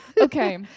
Okay